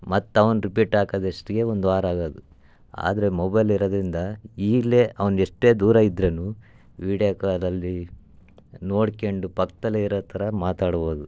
ಮತ್ತು ಅವ್ನು ರಿಪೀಟ್ ಹಾಕೋದಷ್ಟೊತ್ತಿಗೆ ಒಂದು ವಾರ ಆಗೋದು ಆದರೆ ಮೊಬೈಲ್ ಇರೋದ್ರಿಂದ ಈಗಲೇ ಅವ್ನು ಎಷ್ಟೇ ದೂರ ಇದ್ದರೆನೂ ವೀಡ್ಯಾ ಕಾಲಲ್ಲಿ ನೋಡ್ಕಂಡು ಪಕ್ಕದಲ್ಲೇ ಇರೋ ಥರ ಮಾತಾಡ್ಬೋದು